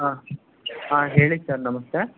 ಹಾಂ ಹಾಂ ಹೇಳಿ ಸರ್ ನಮಸ್ತೆ